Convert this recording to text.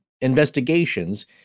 investigations